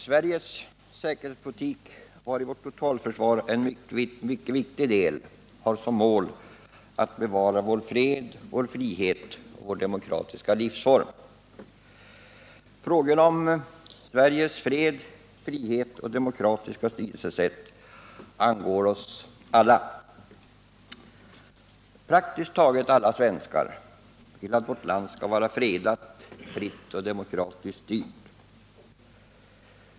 Herr talman! Sveriges säkerhetspolitik — vari vårt totalförsvar är en mycket viktig del — har som mål att bevara vår fred, vår frihet och vår demokratiska livsform. Frågorna om Sveriges fred, frihet och demokratiska styrelsesätt angår oss alla. Praktiskt taget alla svenskar vill att vårt land skall vara fredat, fritt och demokratiskt styrt.